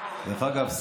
אגב,